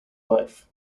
life